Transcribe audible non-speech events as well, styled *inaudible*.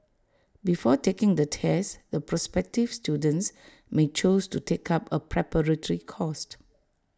before taking the test the prospective students may choose to take up A preparatory course *noise*